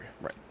right